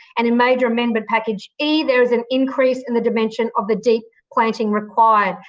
and in major amendment package e, there is an increase in the dimension of the deep planting required,